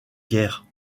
guerre